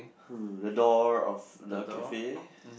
hmm the door of the cafe